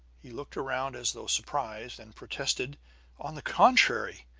he looked around as though surprised, and protested on the contrary,